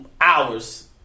hours